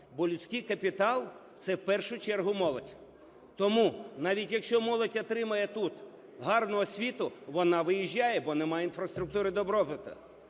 Бо людський капітал – це в першу чергу молодь. Тому навіть якщо молодь отримає тут гарну освіту, вона виїжджає, бо немає інфраструктури добробуту.